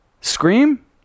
Scream